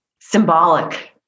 Symbolic